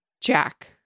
Jack